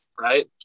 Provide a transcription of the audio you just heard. right